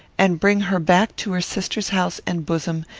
and bring her back to her sister's house and bosom,